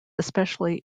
especially